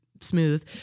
smooth